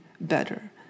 better